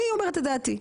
אני אומרת את דעתי,